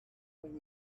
when